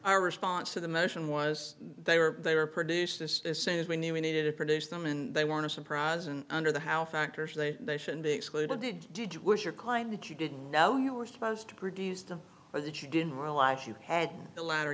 our response to the motion was they were they were produced this as soon as we knew we needed to produce them and they want to surprise and under the how factors that they should be excluded did you wish your client that you didn't know you were supposed to produce them or that you didn't realize you had the la